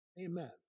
Amen